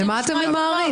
למה אתם ממהרים?